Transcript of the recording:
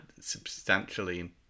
substantially